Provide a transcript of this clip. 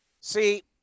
See